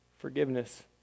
Forgiveness